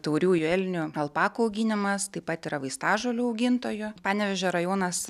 tauriųjų elnių alpakų auginimas taip pat yra vaistažolių augintojų panevėžio rajonas